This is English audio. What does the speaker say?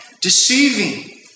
deceiving